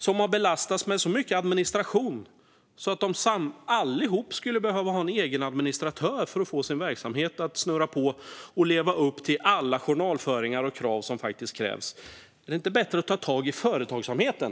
De har belastats med så mycket administration att de allihop skulle behöva ha en egen administratör för att få sin verksamhet att snurra på och leva upp till alla krav på journalföring och annat som krävs. Är det inte bättre att ta tag i företagsamheten?